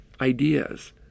ideas